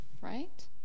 right